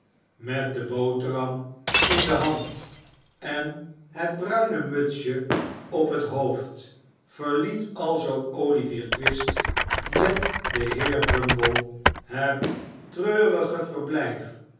met de boterham in de hand en het bruine mutsje op het hoofd verliet alzoo olivier twist met den heer bumble het treurige verblijf